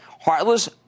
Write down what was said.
Heartless